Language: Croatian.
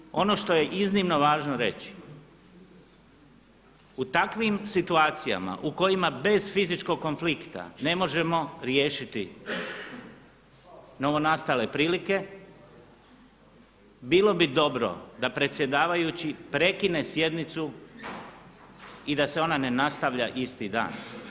Međutim, ono što je iznimno važno reći u takvim situacija u kojima bez fizičkog konflikta ne možemo riješiti novonastale prilike bilo bi dobro da predsjedavajući prekine sjednicu i da se ona ne nastavlja isti dan.